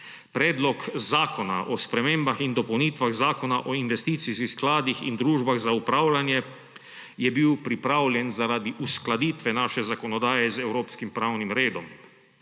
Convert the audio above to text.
Predlog zakona o spremembah in dopolnitvah Zakona o investicijskih skladih in družbah za upravljanje je bil pripravljen zaradi uskladitve naše zakonodaje z evropskim pravnim redom.